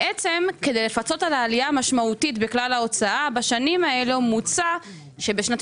כדי לפצות על העלייה המשמעותית בכלל ההוצאה בשנים האלו מוצע שבשנת